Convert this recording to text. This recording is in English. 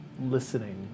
listening